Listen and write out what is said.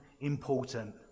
important